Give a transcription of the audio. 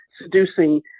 seducing